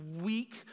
weak